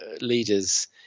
leaders